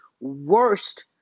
worst